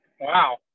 Wow